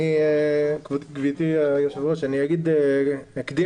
גברתי היושבת ראש, אני אקדים